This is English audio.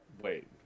Wait